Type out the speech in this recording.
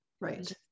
Right